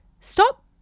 Stop